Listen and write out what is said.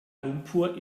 lumpur